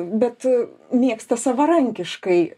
bet mėgsta savarankiškai